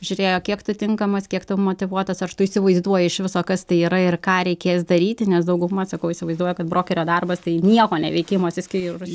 žiūrėjo kiek tu tinkamas kiek tu motyvuotas ar tu įsivaizduoji iš viso kas tai yra ir ką reikės daryti nes dauguma sakau įsivaizduoja kad brokerio darbas tai nieko neveikimas išskyrus